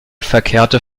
verkehrte